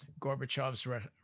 Gorbachev's